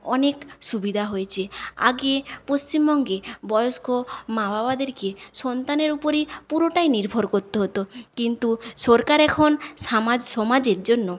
অনেক সুবিধা হয়েছে আগে পশ্চিমবঙ্গে বয়স্ক মাবাবাদেরকে সন্তানের উপরই পুরোটাই নির্ভর করতে হত কিন্তু সরকার এখন সমাজের জন্য